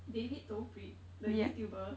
david dobrik the youtuber